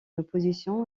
opposition